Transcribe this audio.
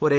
ഒരു എ